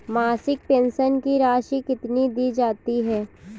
मासिक पेंशन की राशि कितनी दी जाती है?